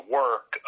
work